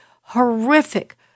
Horrific